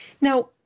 Now